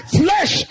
flesh